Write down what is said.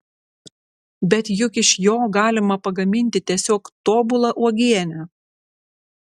bet juk iš jo galima pagaminti tiesiog tobulą uogienę